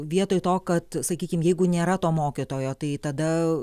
vietoj to kad sakykim jeigu nėra to mokytojo tai tada